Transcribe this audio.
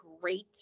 great